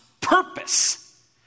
purpose